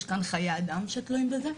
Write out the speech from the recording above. יש כאן חיי אדם שתלויים בזה,